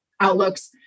outlooks